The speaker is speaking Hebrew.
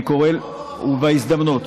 כי התבלבלת.